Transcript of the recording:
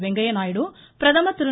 வெங்கைய நாயுடு பிரதமர் திரு